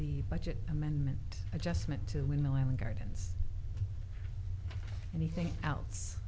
the budget amendment adjustment to when the island gardens anything else